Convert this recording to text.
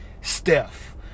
Steph